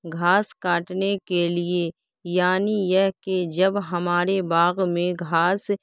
گھاس کاٹنے کے لیے یعنی یہ کہ جب ہمارے باغ میں گھاس